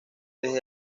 desde